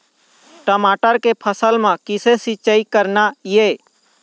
टमाटर के फसल म किसे सिचाई करना ये?